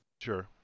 Sure